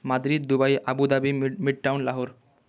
Madri Dubai Abu Dhabi Midtown Lahore